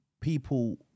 people